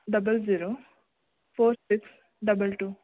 double zero four six double two